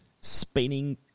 Spinning